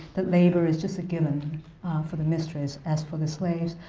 that labor is just a given for the mistress as for the slaves.